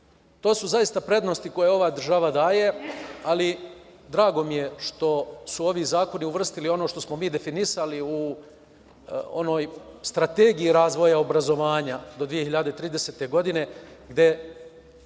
To su zaista prednosti koje ova država daje, ali drago mi je, što su ovi zakoni uvrstili ono što smo mi definisali u Strategiji razvoja obrazovanja do 2030. godine, gde